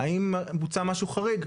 האם בוצע משהו חריג,